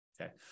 Okay